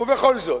ובכל זאת,